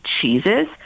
cheeses